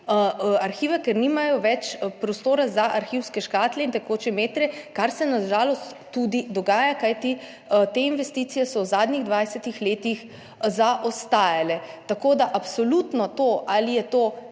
arhiva, ker nimajo več prostora za arhivske škatle in tekoče metre, kar se na žalost tudi dogaja, kajti te investicije so v zadnjih 20 letih zaostajale. Tako da absolutno, ali je to